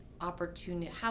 opportunity